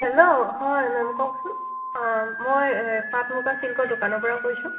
hello হয় ma'am কওকছোন মই পাট মুগাৰ ছিল্কৰ দোকানৰ পৰা কৈছোঁ